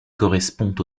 correspond